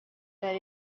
that